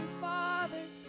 fathers